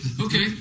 Okay